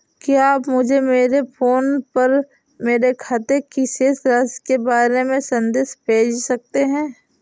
क्या आप मुझे मेरे फ़ोन पर मेरे खाते की शेष राशि के बारे में संदेश भेज सकते हैं?